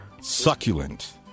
Succulent